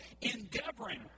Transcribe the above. endeavoring